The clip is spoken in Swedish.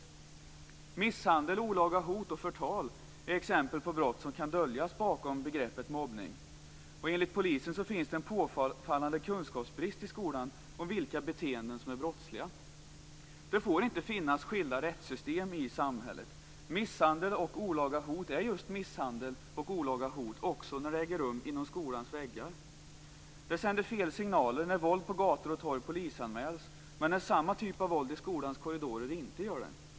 Misshandel, olaga hot och förtal är exempel på brott som kan döljas bakom begreppet mobbning, och enligt polisen finns det en påfallande kunskapsbrist i skolan om vilka beteenden som är brottsliga. Det får inte finnas skilda rättssystem i samhället. Misshandel och olaga hot är just misshandel och olaga hot också när det äger rum inom skolans väggar. Det sänder fel signaler när våld på gator och torg polisanmäls medan samma typ av våld i skolans korridorer inte gör det.